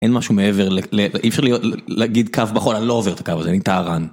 אין משהו מעבר, אי אפשר להגיד קו בחול, אני לא עובר את הקו הזה, אני טהרן.